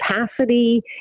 capacity